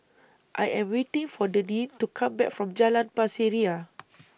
I Am waiting For Deneen to Come Back from Jalan Pasir Ria